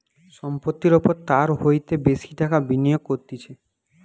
সম্পত্তির ওপর তার হইতে বেশি টাকা বিনিয়োগ করতিছে